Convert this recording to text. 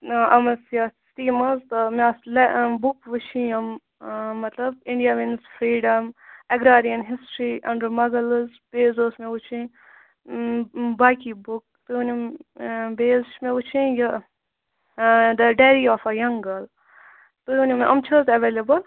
یِم حظ یَتھ سِٹی منٛز مےٚ ٲس یہِ بُک وٕچھِنۍ یِم مَطلَب India means freedom agrarian history under Mughals بییہِ حظ ٲس مےٚ وٕچھِنۍ باقی بُک تہٕ نِم بییہِ حظ چھ مےٚ وٕچھِنۍ the diary of a young girl تُہُۍ وٕنِو مےٚ یِم چھِ حظ تۄہہِ اَویلبٕل